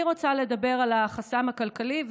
אני רוצה לדבר על החסם הכלכלי.